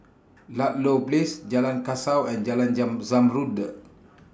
Ludlow Place Jalan Kasau and Jalan Zamrud